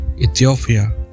Ethiopia